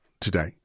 today